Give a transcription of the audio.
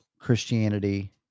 Christianity